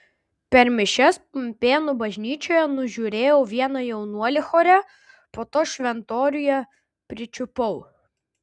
per mišias pumpėnų bažnyčioje nužiūrėjau vieną jaunuolį chore po to šventoriuje pričiupau